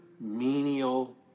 menial